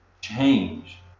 change